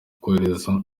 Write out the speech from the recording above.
korohereza